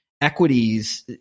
equities